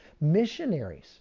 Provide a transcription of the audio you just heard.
missionaries